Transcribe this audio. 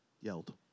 yelled